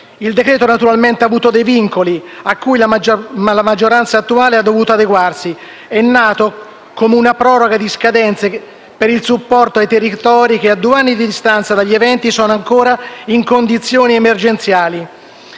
Il decreto-legge ha avuto dei vincoli a cui la maggioranza attuale ha dovuto adeguarsi. È nato come una proroga di scadenze per il supporto ai territori che, a due anni di distanza dagli eventi, sono ancora in condizioni emergenziali.